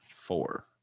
four